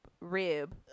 rib